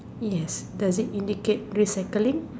yes does it indicate recycling